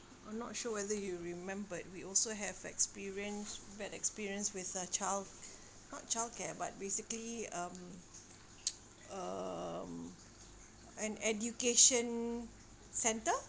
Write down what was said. I'm not sure whether you remembered we also have experience bad experience with uh child not childcare but basically um um an education centre